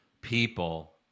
people